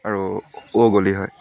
আৰু অ' গলি হয়